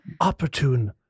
opportune